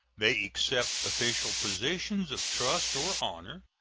they accept official positions of trust or honor,